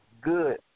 good